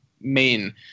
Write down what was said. main